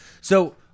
So-